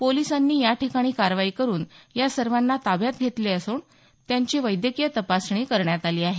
पोलिसांनी या ठिकाणी कारवाई करून या सर्वांना ताब्यात घेतलं असून त्यांची वैद्यकीय तपासणी करण्यात आली आहे